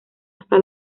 hasta